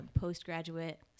postgraduate